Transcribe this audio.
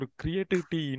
creativity